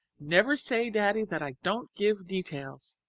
never say, daddy, that i don't give details.